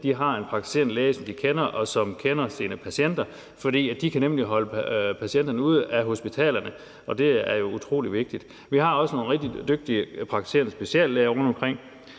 alle har en praktiserende læge, som de kender, og som kender sine patienter, for de kan nemlig holde patienterne ude af hospitalerne, og det er utrolig vigtigt. Vi har også nogle rigtig dygtige praktiserende speciallæger rundtomkring.